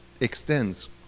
extends